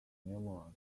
numerous